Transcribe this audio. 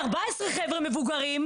14 חבר'ה מבוגרים,